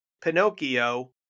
Pinocchio